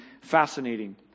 fascinating